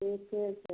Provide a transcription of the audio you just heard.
ठिके छै